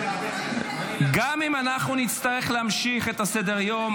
גם אם אנחנו נצטרך להמשיך את סדר-היום,